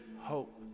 hope